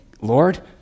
Lord